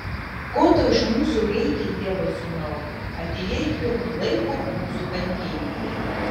ko tau iš mūsų reikia dievo sūnau atėjai pirm laiko mūsų kankinti